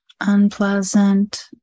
unpleasant